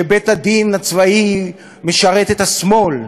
שבית-הדין הצבאי משרת את השמאל,